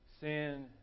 Sin